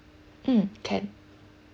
mm can